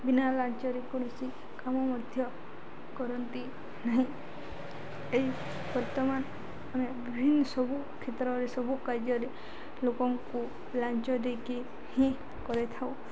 ବିନା ଲାଞ୍ଚରେ କୌଣସି କାମ ମଧ୍ୟ କରନ୍ତି ନାହିଁ ଏଇ ବର୍ତ୍ତମାନ ଆମେ ବିଭିନ୍ନ ସବୁ କ୍ଷେତ୍ରରେ ସବୁ କାର୍ଯ୍ୟରେ ଲୋକଙ୍କୁ ଲାଞ୍ଚ ଦେଇକି ହିଁ କରିଥାଉ